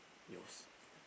use